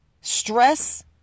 stress